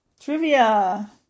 Trivia